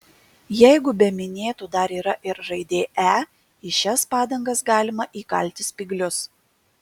jeigu be minėtų dar yra ir raidė e į šias padangas galima įkalti spyglius